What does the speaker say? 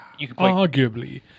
Arguably